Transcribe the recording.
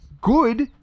good